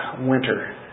winter